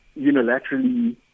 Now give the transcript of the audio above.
unilaterally